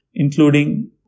including